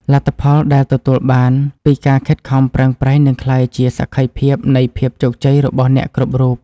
លទ្ធផលដែលទទួលបានពីការខិតខំប្រឹងប្រែងនឹងក្លាយជាសក្ខីភាពនៃភាពជោគជ័យរបស់អ្នកគ្រប់រូប។